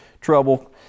trouble